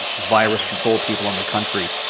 virus control people in the country.